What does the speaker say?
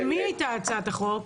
של מי היתה הצעת החוק?